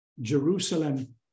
jerusalem